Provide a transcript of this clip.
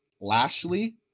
lashley